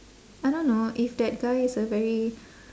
I don't know if that guy is a very